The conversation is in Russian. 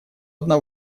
одна